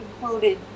included